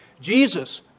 Jesus